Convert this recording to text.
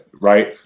right